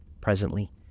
Presently